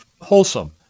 wholesome